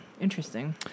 interesting